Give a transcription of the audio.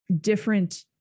different